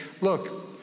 look